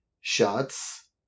shots